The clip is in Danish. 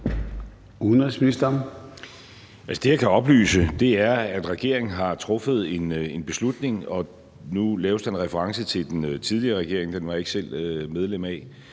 det, jeg kan oplyse, er, at regeringen har truffet en beslutning. Og nu laves der en reference til den tidligere regering – den var jeg ikke selv medlem af.